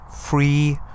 Free